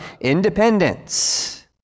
independence